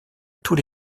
tous